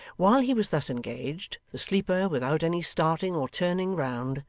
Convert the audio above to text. while he was thus engaged, the sleeper, without any starting or turning round,